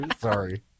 Sorry